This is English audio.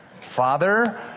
Father